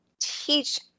teach